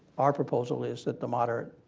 our proposal is that the moderate